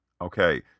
Okay